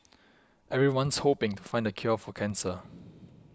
everyone's hoping to find the cure for cancer